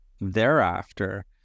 thereafter